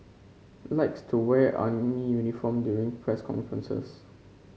likes to wear army uniform during press conferences